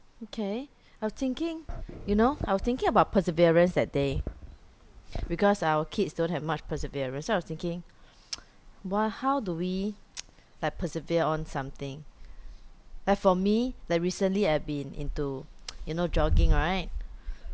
okay I was thinking you know I was thinking about perseverance that day because our kids don't have much perseverance so I was thinking why how do we like persevere on something like for me like recently I've been into you know jogging right